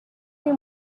این